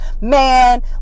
man